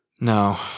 No